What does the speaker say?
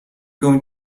going